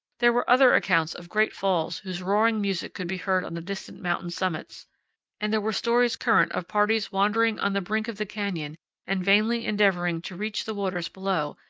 there were other accounts of great falls whose roaring music could be heard on the distant mountain summits and there were stories current of parties wandering on the brink of the canyon and vainly endeavoring to reach the waters below,